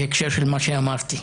בהקשר למה שאמרתי.